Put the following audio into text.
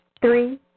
Three